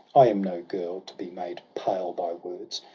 i am no girl, to be made pale by words.